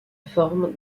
forme